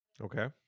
okay